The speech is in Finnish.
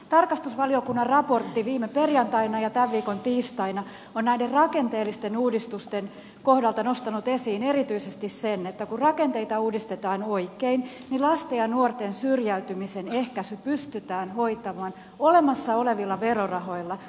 tarkastusvaliokunnan raportti viime perjantaina ja tämän viikon tiistaina on näiden rakenteellisten uudistusten kohdalta nostanut esiin erityisesti sen että kun rakenteita uudistetaan oikein niin lasten ja nuorten syrjäytymisen ehkäisy pystytään hoitamaan olemassa olevilla verorahoilla